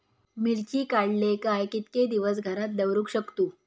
मिर्ची काडले काय कीतके दिवस घरात दवरुक शकतू?